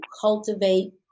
cultivate